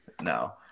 No